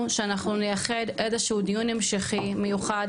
שאנחנו נייחד איזשהו דיון המשכי מיוחד,